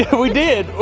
ah we did!